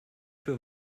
für